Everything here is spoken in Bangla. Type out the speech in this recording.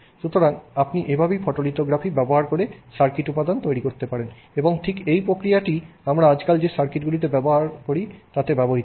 সুতরাং আপনি এভাবেই ফটোলিথোগ্রাফি ব্যবহার করে সার্কিট উপাদান তৈরি করতে পারেন এবং ঠিক এই প্রক্রিয়াটিই আমরা আজকাল যে সার্কিটগুলিতে ব্যবহার করি তাতে ব্যবহৃত হয়